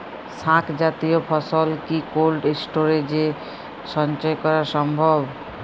শাক জাতীয় ফসল কি কোল্ড স্টোরেজে সঞ্চয় করা সম্ভব?